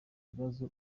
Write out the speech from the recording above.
kibazo